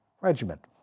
regiment